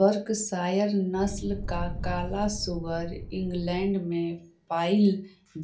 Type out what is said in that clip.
Berkshire नस्ल का काला सुअर इंग्लैण्ड में पायिल